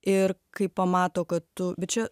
ir kai pamato kad tu bet čia